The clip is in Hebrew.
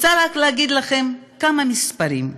אני רוצה להציג לכם כמה מספרים,